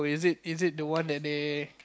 is it is it the one that they